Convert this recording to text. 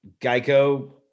Geico